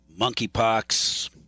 monkeypox